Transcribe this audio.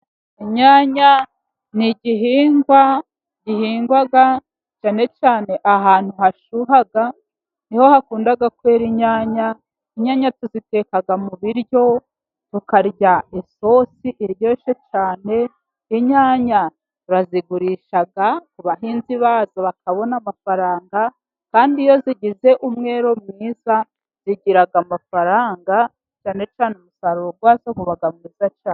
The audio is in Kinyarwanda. Inyanya ni igihingwa gihingwa cyane cyane ahantu hashyuha, niho hakunda kwera inyanya, inyanya tuziteka mu biryo tukarya isosi iryoshye cyane, inyanya urazigurisha abahinzi bazo bakabona amafaranga, kandi iyo zigize umwero mwiza zigira amafaranga, cyane cyane umusaruro wa zo uba mwiza cyane.